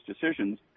decisions